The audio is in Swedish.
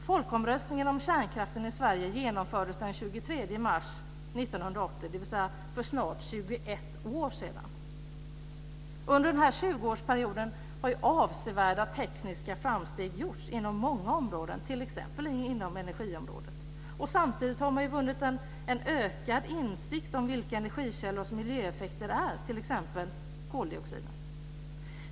Folkomröstningen om kärnkraften i 21 år sedan. Under den här 20-årsperioden har avsevärda tekniska framsteg gjorts inom många områden, t.ex. inom energiområdet. Samtidigt har man vunnit en ökad insikt om vilka energikällor som leder till miljöeffekter, t.ex. koldioxid.